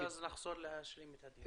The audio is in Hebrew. ואז נחזור להשלים את הדיון.